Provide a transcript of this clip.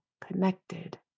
connected